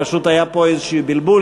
פשוט היה פה איזשהו בלבול,